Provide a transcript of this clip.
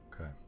Okay